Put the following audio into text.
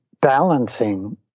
balancing